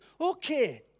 okay